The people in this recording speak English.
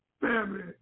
family